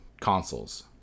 consoles